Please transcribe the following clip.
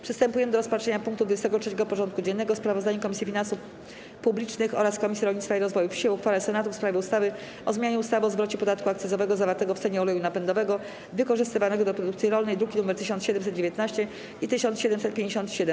Przystępujemy do rozpatrzenia punktu 23. porządku dziennego: Sprawozdanie Komisji Finansów Publicznych oraz Komisji Rolnictwa i Rozwoju Wsi o uchwale Senatu w sprawie ustawy o zmianie ustawy o zwrocie podatku akcyzowego zawartego w cenie oleju napędowego wykorzystywanego do produkcji rolnej (druki nr 1719 i 1757)